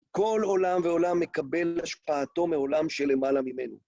כל עולם ועולם מקבל השפעתו מעולם שלמעלה ממנו.